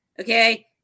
Okay